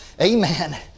Amen